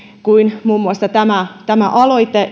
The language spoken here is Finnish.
kuin muun muassa tämä tämä aloite